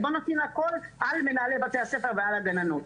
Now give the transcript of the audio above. בוא נפיל הכול על מנהלי בתי הספר ועל הגננות.